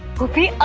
will be